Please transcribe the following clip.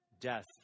death